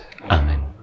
Amen